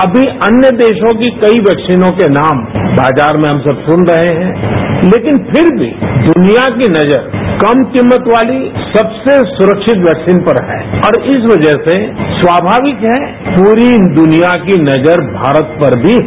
अमी अन्य देशों की कई वैक्सीनों के नाम बाजार में हम सब सुन रहे हैं लेकिन फिर भी दुनिया की नजर कम कीमत वाली सबसे सुरक्षित वैक्सीन पर है और इस वजह से स्वाभाविक है पूरी दुनिया की नजर भारत पर भी है